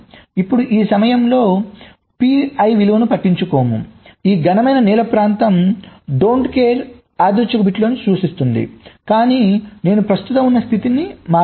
ఇప్పుడు ఈ సమయంలో PI విలువను పట్టించుకోము ఈ ఘనమైన నీలం ప్రాంతం డోంట్ కేర్don't care యాదృచ్ఛిక బిట్లను సూచిస్తుంది కాని నేను ప్రస్తుతం ఉన్న స్థితినీ మార్చాను